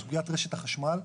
סוגיית רשת החשמל.